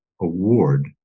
award